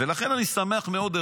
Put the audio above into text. ולכן אני שמח מאוד,